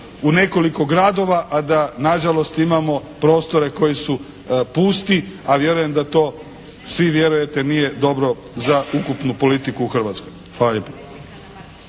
u nekoliko gradova, a da nažalost imamo prostore koji su pusti. A vjerujem da to svi vjerujete nije dobro za ukupnu politiku u Hrvatskoj.